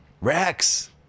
Rex